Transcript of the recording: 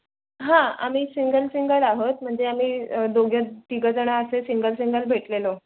हां आम्ही single single आहोत म्हणजे आम्ही दोघे तिघं जणं असे सिंगल सिंगल भेटलेलो